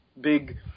big